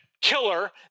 killer